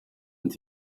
and